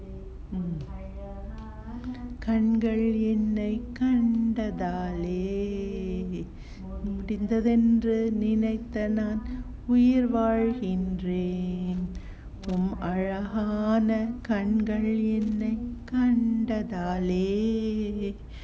உன் அழகான கண்கள் என்னை கண்டதாலே:un azhagaana kankal ennai kandathale